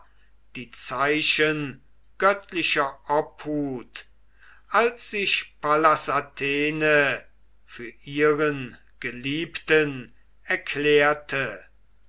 die zeichen göttlicher obhut als sich pallas athene für ihren geliebten erklärte